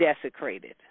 desecrated